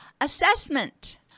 Assessment